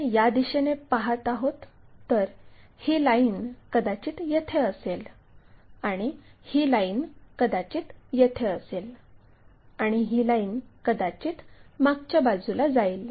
आपण या दिशेने पाहत आहोत तर ही लाईन कदाचित येथे असेल आणि ही लाईन कदाचित येथे असेल आणि ही लाईन कदाचित मागच्या बाजूला जाईल